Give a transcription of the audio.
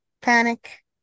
panic